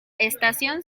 estación